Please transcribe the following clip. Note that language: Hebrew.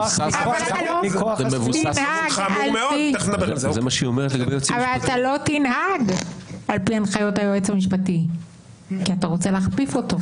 אתה לא תנהג על פי הנחיות היועץ המשפטי כי אתה רוצה להכפיף אותו.